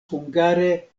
hungare